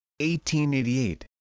1888